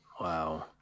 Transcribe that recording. Wow